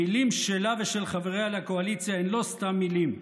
המילים שלה ושל חבריה לקואליציה הן לא סתם מילים,